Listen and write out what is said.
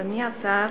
אדוני השר,